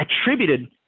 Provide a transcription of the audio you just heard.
attributed